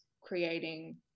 creating